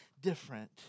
different